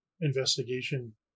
investigation